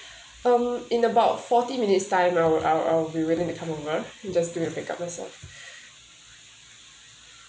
um in about forty minutes time I'll I'll I'll be ready to come over and just do the pick up myself